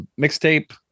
mixtape